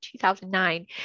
2009